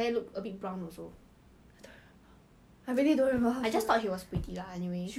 um I heard I heard that the venus boyfriend transfer to poly cause of venus